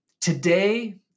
Today